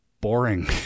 boring